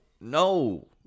no